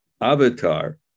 avatar